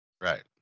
Right